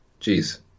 Jeez